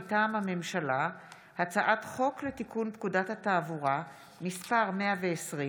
מטעם הממשלה: הצעת חוק לתיקון פקודת התעבורה (מס' 120)